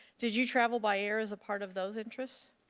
did you travel by air is a part of those interests?